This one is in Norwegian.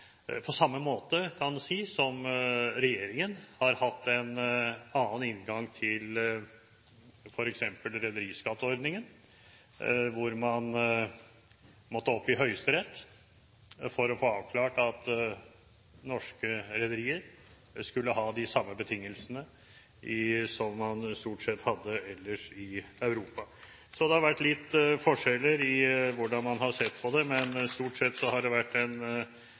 på samme måte, kan en si, som regjeringen har hatt en annen inngang til f.eks. rederiskatteordningen; man måtte opp i Høyesterett for å få avklart at norske rederier skulle ha de samme betingelsene som man stort sett hadde ellers i Europa. Så det har vært noen forskjeller i hvordan man har sett på det, men stort sett har det vært en